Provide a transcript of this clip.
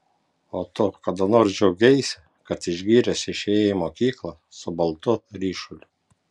o tu kada nors džiaugsiesi kad iš girios išėjai į mokyklą su baltu ryšuliu